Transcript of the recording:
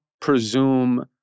presume